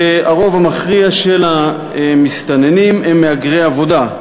הרוב המכריע של המסתננים הם מהגרי עבודה.